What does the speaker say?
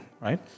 right